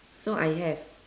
so I have